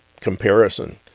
comparison